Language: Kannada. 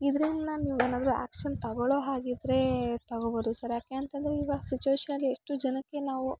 ಇದರಿಂದ ನೀವು ಏನಾದರು ಆ್ಯಕ್ಷನ್ ತಗೊಳೊಹಾಗಿದ್ರೇ ತಗೋಬೋದು ಸರ್ ಯಾಕೆ ಅಂತಂದರೆ ಇವಾಗ ಸಿಚ್ವೇಶಾಗಿ ಎಷ್ಟು ಜನಕ್ಕೆ ನಾವು